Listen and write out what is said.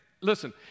Listen